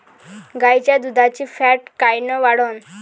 गाईच्या दुधाची फॅट कायन वाढन?